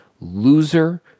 Loser